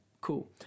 cool